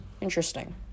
interesting